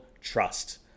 trust